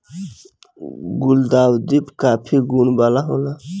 गुलदाउदी काफी गुण वाला होला